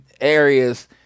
areas